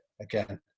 again